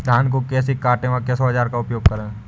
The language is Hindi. धान को कैसे काटे व किस औजार का उपयोग करें?